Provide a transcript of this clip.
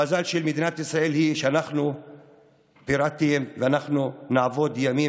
המזל של מדינת ישראל הוא שאנחנו פטריוטים ואנחנו נעבוד ימים